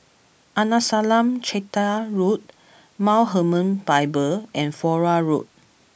Arnasalam Chetty Road Mount Hermon Bible and Flora Road